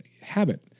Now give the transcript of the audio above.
habit